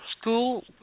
school